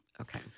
Okay